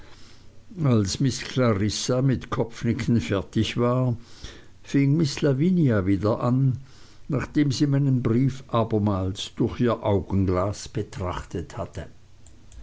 als miß clarissa mit kopfnicken fertig war fing miß lavinia wieder an nachdem sie meinen brief abermals durch ihr augenglas betrachtet hatte